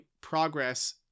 progress